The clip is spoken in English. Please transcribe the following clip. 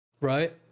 Right